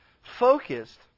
focused